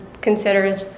consider